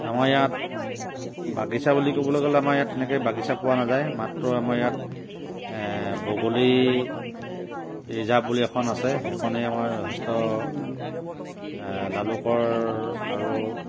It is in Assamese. আমাৰ ইয়াত বাগিচা বুলি ক'বলৈ গ'লে আমাৰ ইয়াত তেনেকৈ বাগিচা পোৱা নাযায় মাত্ৰ আমাৰ ইয়াত বগলী ৰিজাৰ্ভ বুলি এখন আছে সেইখনেই আমাৰ যথেষ্ট লালুকৰ আৰু